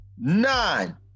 nine